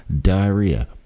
diarrhea